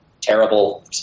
terrible